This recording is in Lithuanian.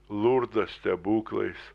lurdo stebuklais